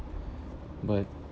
but